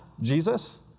Jesus